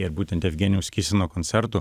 ir būtent jevgenijaus kisino koncertu